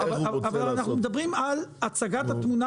להתגבר על החתימה